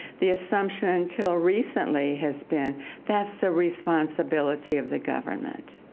the assumption until recently has been that's the responsibility of the government.